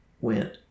went